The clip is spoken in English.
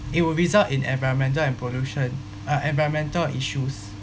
it would result in environmental and pollution uh environmental issues